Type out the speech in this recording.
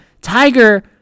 Tiger